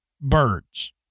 birds